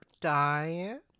diet